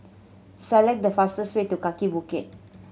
select the fastest way to Kaki Bukit